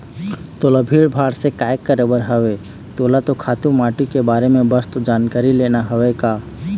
तोला भीड़ भाड़ से काय करे बर हवय तोला तो खातू माटी के बारे म बस तो जानकारी लेना हवय का